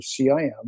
CIM